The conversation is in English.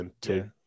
two